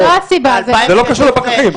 את הדירקטיבה שלך אני מבין,